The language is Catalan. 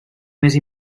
més